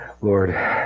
lord